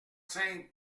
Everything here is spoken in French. cinq